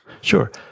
Sure